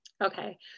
Okay